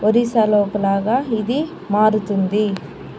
ఒరిస్సాలో ఒకలాగ ఇదీ మారుతుంది